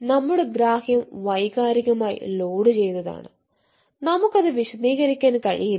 നമ്മുടെ ഗ്രാഹ്യം വൈകാരികമായി ലോഡുചെയ്തതാണ് നമുക്ക് അത് വിശദീകരിക്കാൻ കഴിയില്ല